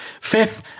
Fifth